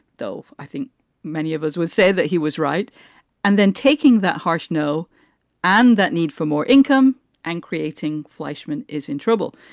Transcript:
though i think many of us would say that he was right and then taking that harsh no and that need for more income and creating fleischman is in trouble.